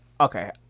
Okay